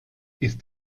ist